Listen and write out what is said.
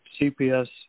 CPS